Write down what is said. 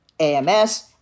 AMS